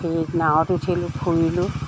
ferry নাৱত উঠিলোঁ ফুৰিলোঁ